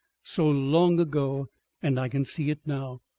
so long ago and i can see it now.